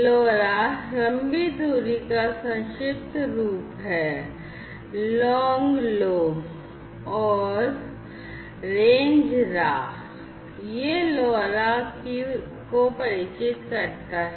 LoRa लंबी दूरी का संक्षिप्त रूप है long Lo और range Ra यह LoRa को परिचित करता है